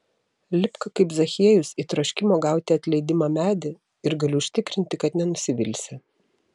lipk kaip zachiejus į troškimo gauti atleidimą medį ir galiu užtikrinti kad nenusivilsi